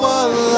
one